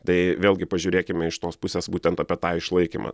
tai vėlgi pažiūrėkime iš tos pusės būtent apie tą išlaikymą